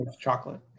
chocolate